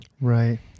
right